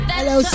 Hello